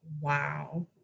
wow